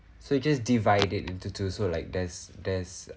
so you just divide it into two so like there's there's